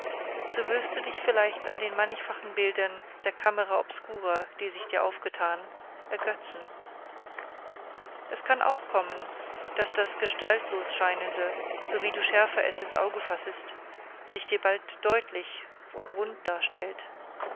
so wirst du dich vielleicht an den mannigfachen bildern der camera obscura die sich dir aufgetan ergötzen es kann auch kommen daß das gestaltlos scheinende sowie du schärfer es ins auge fassest sich dir bald deutlich und rund darstellt